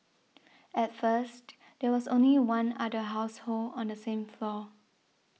at first there was only one other household on the same floor